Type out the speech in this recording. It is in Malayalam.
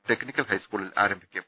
ടെക്നിക്കൽ ഹൈസ് കൂളിൽ ആരംഭിക്കും